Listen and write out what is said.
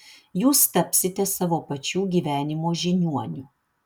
jūs tapsite savo pačių gyvenimo žiniuoniu